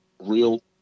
real